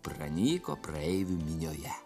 pranyko praeivių minioje